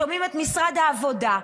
שומעים את משרד העבודה,